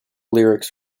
lyrics